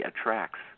attracts